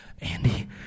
Andy